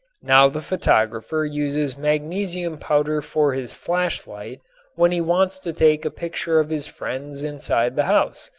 now the photographer uses magnesium powder for his flashlight when he wants to take a picture of his friends inside the house,